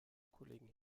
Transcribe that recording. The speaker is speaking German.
kollegen